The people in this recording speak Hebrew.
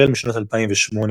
החל משנת 2008,